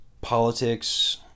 politics